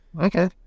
Okay